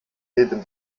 jedem